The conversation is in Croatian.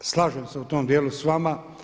slažem se u tom dijelu s vama.